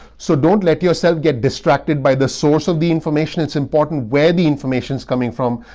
so don't let yourself get distracted by the source of the information it's important where the information is coming from.